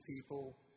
people